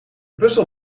puzzel